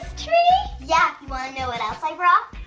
tree? yeah, want to know what else i brought?